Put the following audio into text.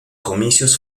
comicios